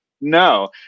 no